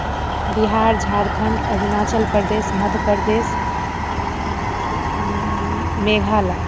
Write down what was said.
Bihar Jharkhand Arunachal Pradesh Madhya Pradesh Meghalaya